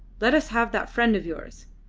let us have that friend of yours.